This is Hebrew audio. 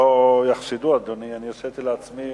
שלא יחשדו, אדוני, הרשיתי לעצמי